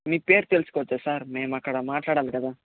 మీ పేరు తెలుసుకోవచ్చా సార్ మేము అక్కడ మాట్లాడాలి కదా